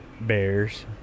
Bears